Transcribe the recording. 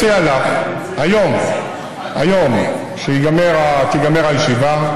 אני מציע לך, היום, כשתיגמר הישיבה,